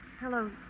Hello